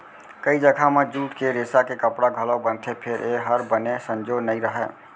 कइ जघा म जूट के रेसा के कपड़ा घलौ बनथे फेर ए हर बने संजोर नइ रहय